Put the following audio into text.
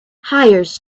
hires